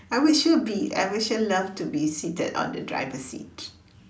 I would sure be I would sure love to be seated on the driver's seat